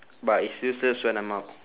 but it's useless when I'm out